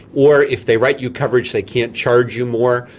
or if they write you coverage, they can't charge you more.